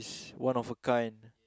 one of a kind